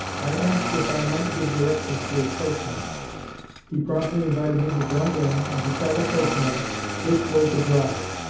i asked if i might give directions to his coachman he promptly invited me to jump in, and to tell the coachman which way to drive.